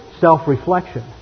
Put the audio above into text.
self-reflection